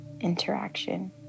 interaction